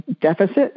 deficit